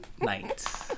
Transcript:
Night